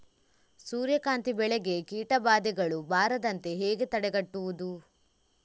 ಸೂರ್ಯಕಾಂತಿ ಬೆಳೆಗೆ ಕೀಟಬಾಧೆಗಳು ಬಾರದಂತೆ ಹೇಗೆ ತಡೆಗಟ್ಟುವುದು?